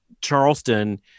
Charleston